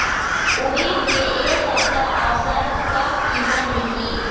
उरीद के ए सप्ता औसत का कीमत रिही?